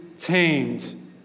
tamed